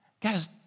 Guys